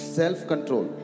self-control